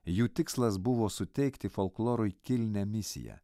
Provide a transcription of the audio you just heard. jų tikslas buvo suteikti folklorui kilnią misiją